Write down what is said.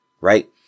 right